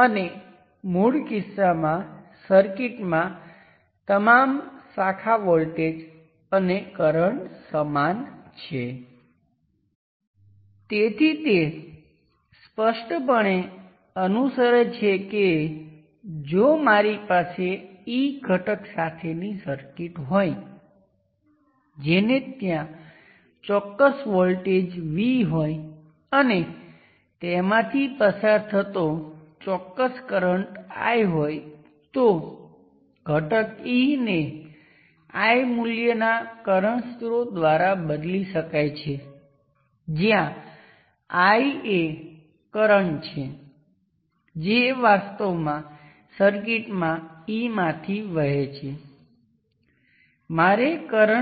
હવે આ સમગ્ર વસ્તુને સિમ્પલ ઇક્વિવેલન્ટ નો ઉપયોગ કરીને રજૂ કરી શકાય છે કરંટ N જે આ ચોક્કસ ટર્મને અનુરૂપ છે પછી મારી પાસે ત્યાં વોલ્ટેજ VL છે અને આ ટર્મ મેળવવા માટે હું ફક્ત રેઝિસ્ટન્સ